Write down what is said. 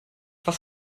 was